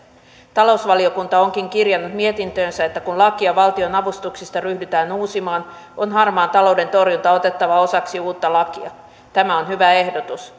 talousvaliokunta onkin kirjannut mietintöönsä että kun lakia valtionavustuksista ryhdytään uusimaan on harmaan talouden torjunta otettava osaksi uutta lakia tämä on hyvä ehdotus